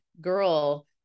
girl